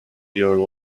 your